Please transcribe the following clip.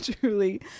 Truly